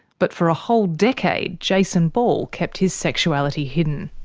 but for a whole decade jason ball kept his sexuality hidden.